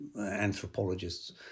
anthropologists